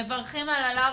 מברכים על הלארג'יות,